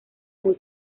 muy